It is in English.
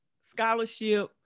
scholarship